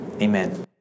Amen